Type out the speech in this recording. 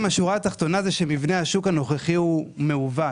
השורה התחתונה היא שמבנה השוק הנוכחי מעוות,